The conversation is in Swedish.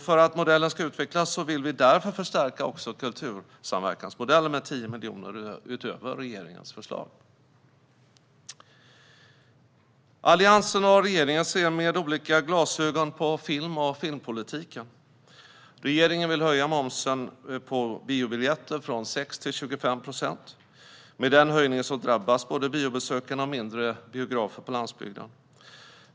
För att modellen ska utvecklas vill vi förstärka den med 10 miljoner utöver regeringens förslag. Alliansen och regeringen ser med olika glasögon på film och filmpolitik. Regeringen vill höja momsen på biobiljetter från 6 procent till 25 procent. Med den höjningen drabbas både biobesökarna och mindre biografer på landsbygden.